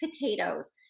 potatoes